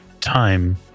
time